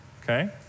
Okay